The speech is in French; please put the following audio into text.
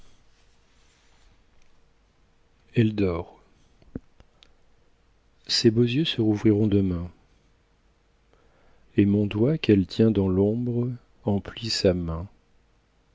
elle dort ses beaux yeux se rouvriront demain et mon doigt qu'elle tient dans l'ombre emplit sa main